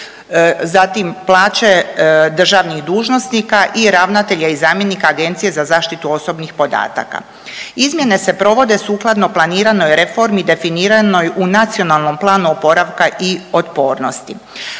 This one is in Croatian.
Zatim, plaće državnih dužnosnika i ravnatelja i zamjenika Agencije za zaštitu osobnih podataka. Izmjene se provode sukladno planiranoj reformi definiranoj u Nacionalnom planu oporavka i otpornosti.